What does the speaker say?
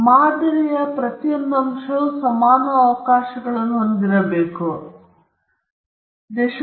ಮಾದರಿ ಪ್ರತಿಯೊಂದು ಅಂಶವು ಸಮಾನ ಅವಕಾಶಗಳನ್ನು ಹೊಂದಿರಬೇಕು